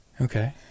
Okay